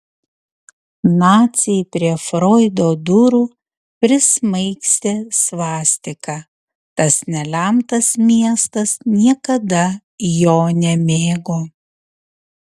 naciai prie froido durų prismaigstė svastiką tas nelemtas miestas niekada jo nemėgo